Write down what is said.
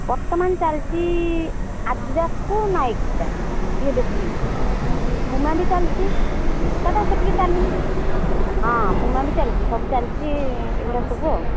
ବର୍ତ୍ତମାନ ଚାଲିଛି ଆଡ଼ିଡାସକୁ ନାୟିକଟା ଇଏ ବେଶୀ ପୁମା ବି ଚାଲିଛି ଇଶାଟା ଏତେ ଟିକିଏ ଚାଲିନି ହଁ ପୁମା ବି ଚାଲିଛି ସବୁ ଚାଲିଛି ଏଗୁଡ଼ା ସବୁ ଆଉ